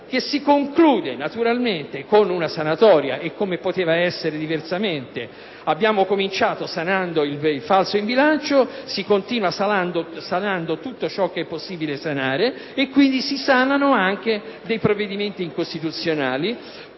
che si conclude, naturalmente, con una sanatoria. E come poteva essere diversamente? Abbiamo cominciato sanando il falso in bilancio; si continua sanando tutto ciò che è possibile sanare e, quindi, si sanano anche dei provvedimenti incostituzionali